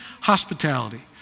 hospitality